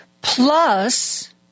plus